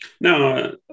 No